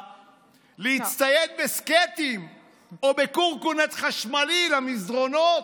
להצטייד בסקטים או בקורקונט חשמלי למסדרונות,